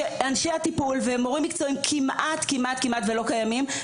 שאנשי הטיפול ומורים מקצועיים כמעט כמעט ולא קיימים.